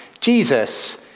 Jesus